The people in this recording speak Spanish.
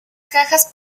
cajas